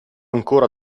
ancora